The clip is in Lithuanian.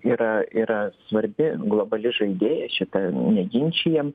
yra yra svarbi globali žaidėja šita neginčijam